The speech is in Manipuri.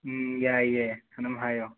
ꯌꯥꯏꯌꯦ ꯑꯗꯨꯝ ꯍꯥꯏꯌꯣ